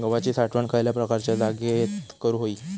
गव्हाची साठवण खयल्या प्रकारच्या जागेत करू होई?